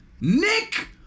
Nick